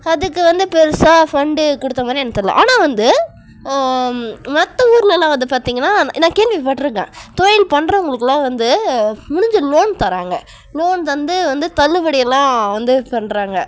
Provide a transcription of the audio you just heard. அதுக்கு வந்து பெருசாக ஃபண்ட்டு கொடுத்த மாதிரி எனக்கு தெரில ஆனால் வந்து மற்ற ஊரெலலாம் வந்து பார்த்திங்கன்னா நான் கேள்விப்பட்டிருக்கேன் தொழில் பண்ணுறவங்களுக்குலாம் வந்து முடிஞ்ச லோன் தராங்க லோன் தந்து வந்து தள்ளுபடி எல்லாம் வந்து பண்ணுறாங்க